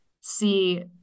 see